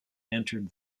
entered